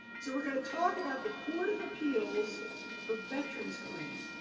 so we're going to talk about the court of appeals for veterans claims,